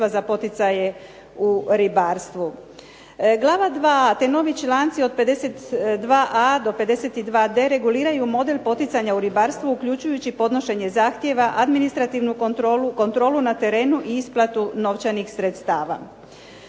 za poticaje u ribarstvu. Glava 2. te novi članci od 52a. do 52d. reguliraju model poticanja u ribarstva uključujući podnošenje zahtjeva, administrativnu kontrolu, kontrolu na terenu i isplatu novčanih sredstava.